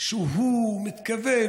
שהוא מתכוון,